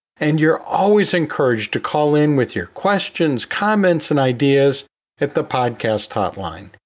and you're always encouraged to call in with your questions, comments and ideas at the podcast hotline.